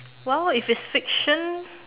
while if it's fiction